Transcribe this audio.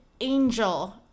angel